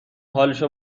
حالش